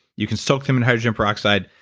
you can soak them in hydrogen peroxide,